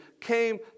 came